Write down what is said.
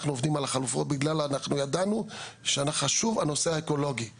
אנחנו עובדים על החלופות משום שידענו שהנושא האקולוגי חשוב,